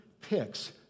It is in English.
picks